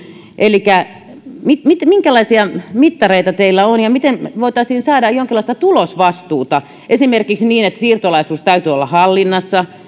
elikkä minkälaisia mittareita teillä on ja miten voitaisiin saada jonkinlaista tulosvastuuta esimerkiksi niin että siirtolaisuuden täytyy olla hallinnassa